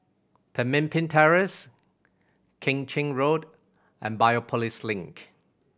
Pemimpin Terrace Keng Chin Road and Biopolis Link